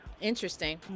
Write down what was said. interesting